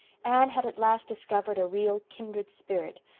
anne had at last discovered a real kindred spirit,